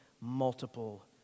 multiple